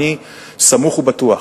אני סמוך ובטוח,